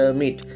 meet